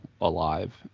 alive